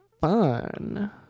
fun